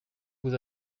vous